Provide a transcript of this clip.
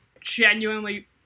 genuinely